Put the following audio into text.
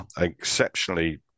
exceptionally